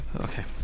Okay